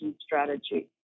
strategy